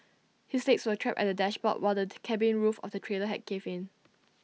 his legs were trapped at the dashboard while the cabin roof of the trailer had caved in